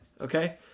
Okay